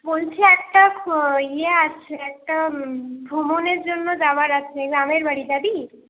বলছি একটা ইয়ে আছে একটা ভ্রমণের জন্য যাওয়ার আছে গ্রামের বাড়ি যাবি